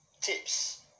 tips